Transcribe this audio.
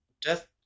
death